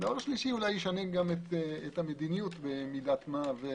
ושלישית, ישנה את המדיניות במידת מה.